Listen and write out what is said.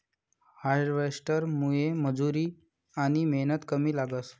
हार्वेस्टरमुये मजुरी आनी मेहनत कमी लागस